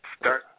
start